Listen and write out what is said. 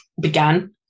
began